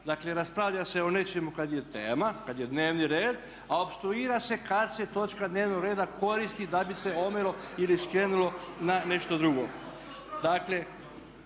Dakle, raspravlja se o nečemu kad je tema, kad je dnevni red, a opstruira se kad se točka dnevnog reda koristi da bi se omelo ili skrenulo na nešto drugo.